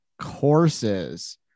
courses